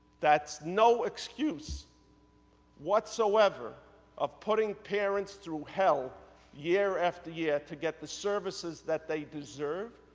that's no excuse whatsoever of putting parents through hell year after year, to get the services that they deserve,